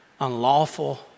unlawful